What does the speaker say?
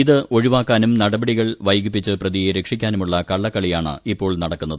ഇത് ഒഴിവാക്കാനും നാടപടികൾ വൈകിപ്പിച്ച് പ്രതിയെ രക്ഷിക്കാനുമുള്ള കള്ളകളിയാണു ഇപ്പോൾ നടക്കുന്നത്